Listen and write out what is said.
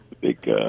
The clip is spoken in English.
big